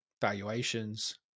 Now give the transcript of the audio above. valuations